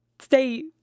stay